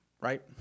right